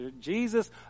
Jesus